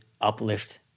uplift